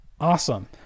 Awesome